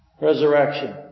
resurrection